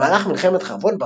במהלך מלחמת חרבות ברזל,